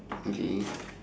okay